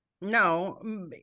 no